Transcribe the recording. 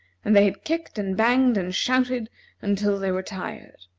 and they had kicked and banged and shouted until they were tired,